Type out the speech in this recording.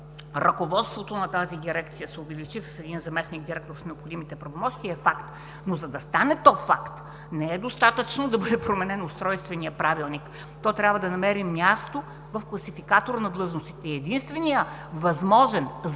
ръководството на тази дирекция се увеличи с един заместник-директор с необходимите правомощия, е факт. Но за да стане то факт, не е достатъчно да бъде променен Устройственият правилник. То трябва да намери място в Класификатора на длъжностите. И единственият възможен